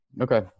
okay